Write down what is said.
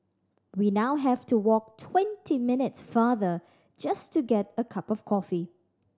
we now have to walk twenty minutes farther just to get a cup of coffee